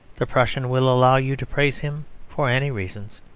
the prussian will allow you to praise him for any reasons,